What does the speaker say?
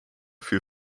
für